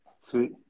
Sweet